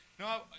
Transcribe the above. No